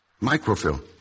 Microfilm